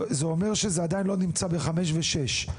זה אומר שזה עדיין לא נמצא בחמש ושש.